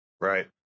Right